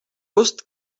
gust